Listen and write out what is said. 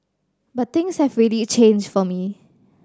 but things have really changed for me